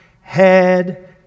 Head